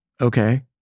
okay